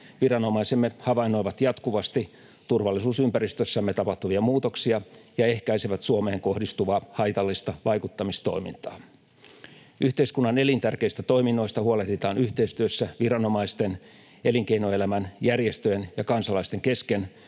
Viranomaisemme havainnoivat jatkuvasti turvallisuusympäristössämme tapahtuvia muutoksia ja ehkäisevät Suomeen kohdistuvaa haitallista vaikuttamistoimintaa. Yhteiskunnan elintärkeistä toiminnoista huolehditaan yhteistyössä viranomaisten, elinkeinoelämän, järjestöjen ja kansalaisten kesken